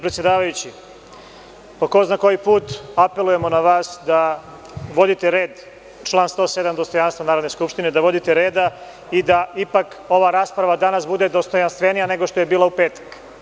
Poštovani predsedavajući, po ko zna koji put, apelujemo na vas da vodite red, član 107. – dostojanstvo Narodne skupštine, i da ipak ova rasprava danas bude dostojanstvenija, nego što je bila u petak.